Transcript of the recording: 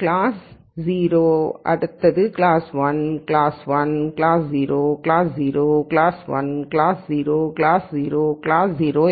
class 0 class 1 class 1 class 0 class 0 class 1 class 0 class 0 class 0